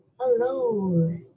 Hello